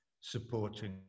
supporting